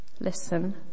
Listen